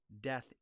death